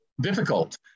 difficult